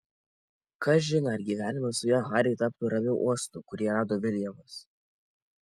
kažin ar gyvenimas su ja hariui taptų ramiu uostu kurį rado viljamas